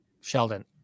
Sheldon